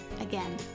Again